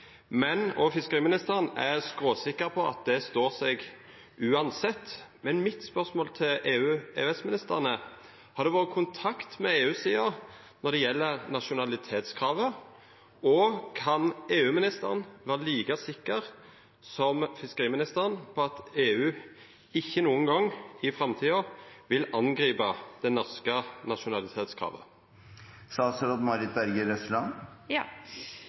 og fiskeriministeren er skråsikker på at det står seg uansett, men mitt spørsmål til EØS- og EU-ministeren er: Har det vore kontakt med EU-sida når det gjeld nasjonalitetskravet, og kan EU-ministeren vera like sikker som fiskeriministeren på at EU ikkje nokon gong i framtida vil angripa det norske